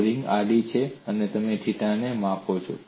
loading આડી છે તમે થિટા ને માપો